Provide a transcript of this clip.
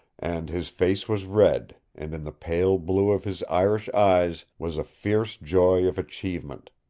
and his face was red, and in the pale blue of his irish eyes was a fierce joy of achievement.